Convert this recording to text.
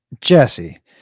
Jesse